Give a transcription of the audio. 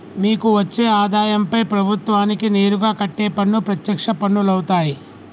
మీకు వచ్చే ఆదాయంపై ప్రభుత్వానికి నేరుగా కట్టే పన్ను ప్రత్యక్ష పన్నులవుతాయ్